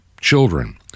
children